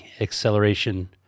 acceleration